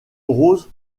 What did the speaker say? rose